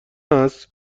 است